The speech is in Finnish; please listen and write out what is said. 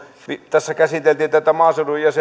tässä käsiteltiin tätä maaseudun